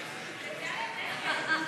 תקציבי 18,